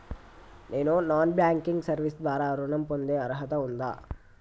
నేను non banking service ద్వారా ఋణం పొందే అర్హత ఉందా?